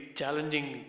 challenging